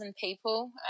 people